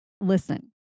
listen